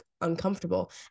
uncomfortable